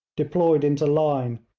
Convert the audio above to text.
deployed into line,